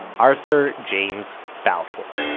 arthur james balfour.